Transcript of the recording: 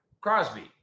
Crosby